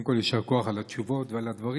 קודם כול, יישר כוח על התשובות ועל הדברים.